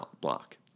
block